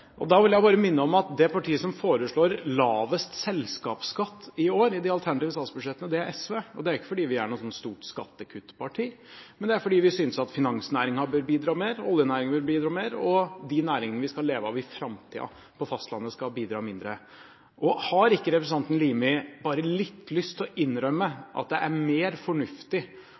av. Da vil jeg bare minne om at det partiet som foreslår lavest selskapsskatt i år i de alternative statsbudsjettene, er SV. Det er ikke fordi vi er noe stort skattekuttparti, men det er fordi vi synes at finansnæringen bør bidra mer, oljenæringen bør bidra mer, og de næringene vi skal leve av i framtiden på fastlandet, skal bidra mindre. Har ikke representanten Limi bare litt lyst til å innrømme at det er mer fornuftig